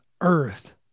earth